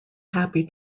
happy